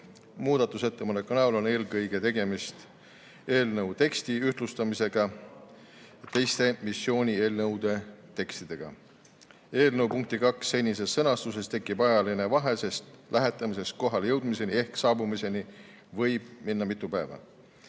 Muudatusettepaneku näol on eelkõige tegemist eelnõu teksti ühtlustamisega teiste missioonieelnõude tekstidega. Eelnõu punkti 2 senises sõnastuses tekib ajaline vahe, sest lähetamisest kohalejõudmiseni ehk saabumiseni võib minna mitu päeva.